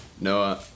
Noah